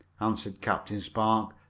answered captain spark,